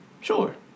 Sure